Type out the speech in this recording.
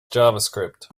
javascript